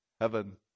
heaven